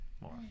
more